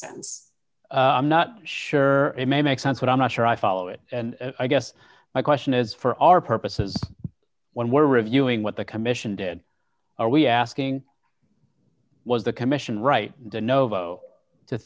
sense i'm not sure it may make sense but i'm not sure i follow it and i guess my question is for our purposes when we're reviewing what the commission did are we asking was the commission right